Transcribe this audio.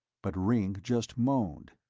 but ringg just moaned.